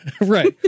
right